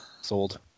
Sold